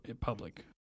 public